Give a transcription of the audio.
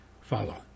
follow